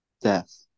death